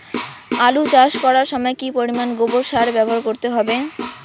আলু চাষ করার সময় কি পরিমাণ গোবর সার ব্যবহার করতে হবে?